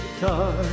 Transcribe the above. guitar